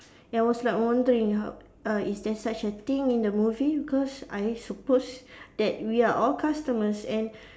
and I was like wondering how uh is there such a thing in the movie because I supposed that we are all customers and